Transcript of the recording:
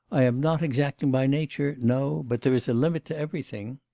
i am not exacting by nature, no, but there is a limit to everything